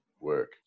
work